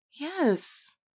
Yes